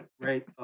right